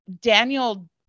Daniel